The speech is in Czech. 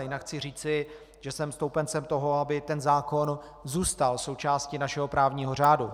Jinak chci říci, že jsem stoupencem toho, aby tento zákon zůstal součástí našeho právního řádu.